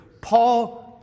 Paul